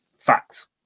fact